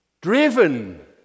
driven